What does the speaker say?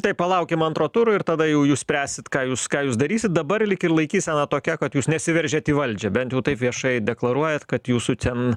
tai palaukim antro turo ir tada jau jūs spręsit ką jūs ką jūs darysit dabar lyg ir laikysena tokia kad jūs nesiveržiat į valdžią bent jau taip viešai deklaruojat kad jūsų ten